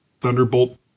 Thunderbolt